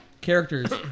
Characters